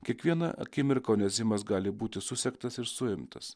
kiekvieną akimirką onezimas gali būti susektas ir suimtas